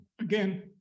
again